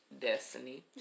Destiny